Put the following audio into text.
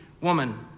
woman